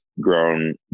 grown